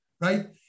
right